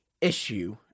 issue